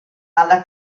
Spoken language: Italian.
alla